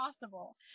possible